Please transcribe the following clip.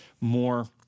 more